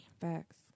Facts